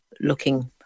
looking